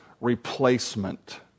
replacement